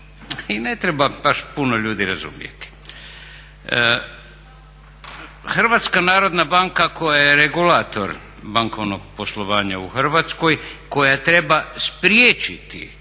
i ne treba baš puno ljudi razumjeti. Hrvatska narodna banka koja je regulator bankovnog poslovanja u Hrvatskoj, koja treba spriječiti,